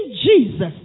Jesus